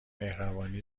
مهربانی